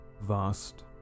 vast